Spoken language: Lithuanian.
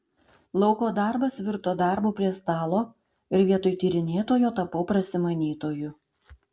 lauko darbas virto darbu prie stalo ir vietoj tyrinėtojo tapau prasimanytoju